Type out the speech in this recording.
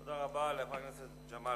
תודה רבה לחבר הכנסת ג'מאל